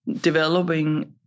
developing